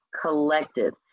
collective